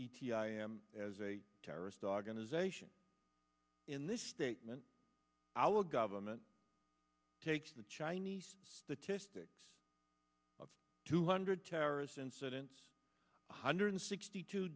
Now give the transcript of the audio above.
t i m as a terrorist organization in this statement our government takes the chinese statistics of two hundred terrorist incidents one hundred sixty two